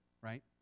right